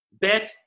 Bet